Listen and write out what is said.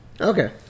Okay